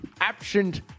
absent